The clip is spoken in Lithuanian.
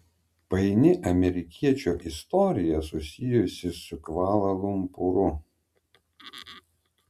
paini amerikiečio istorija susijusi su kvala lumpūru